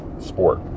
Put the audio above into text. Sport